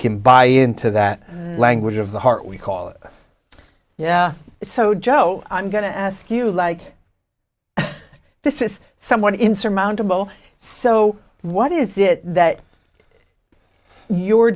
can buy into that language of the heart we call it yeah so joe i'm going to ask you like this if someone insurmountable so what is it that you are